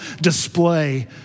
display